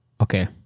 okay